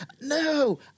no